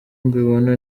mbibona